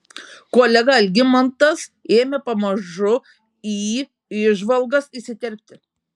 kolega algimantas ėmė pamažu į įžvalgas įsiterpti